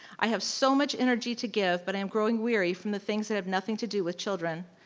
i have so much energy to give, but i am growing weary from the things that have nothing to do with children.